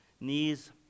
knees